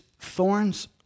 thorns